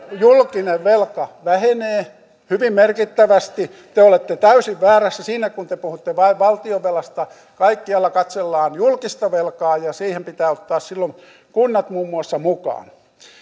julkinen velka vähenee hyvin merkittävästi te te olette täysin väärässä siinä kun te puhutte valtionvelasta kaikkialla katsellaan julkista velkaa ja siihen pitää ottaa silloin kunnat muun muassa mukaan